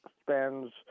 spends